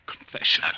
Confession